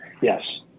Yes